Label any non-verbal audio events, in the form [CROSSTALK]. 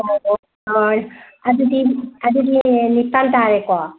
[UNINTELLIGIBLE] ꯑꯗꯨꯗꯤ ꯅꯤꯄꯥꯟ ꯇꯥꯔꯦꯀꯣ